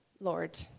Lord